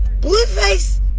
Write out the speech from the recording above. Blueface